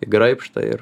į graibštą ir